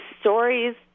stories